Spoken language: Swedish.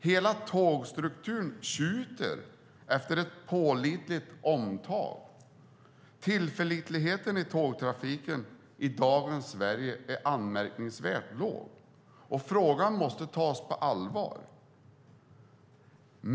Hela tågstrukturen tjuter efter ett pålitligt omtag. Tillförlitligheten i tågtrafiken i dagens Sverige är anmärkningsvärt låg, och frågan måste tas på allvar.